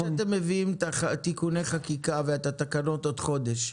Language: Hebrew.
נניח שאתם מביאים את תיקוני החקיקה ואת התקנות בעוד חודש.